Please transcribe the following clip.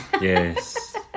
Yes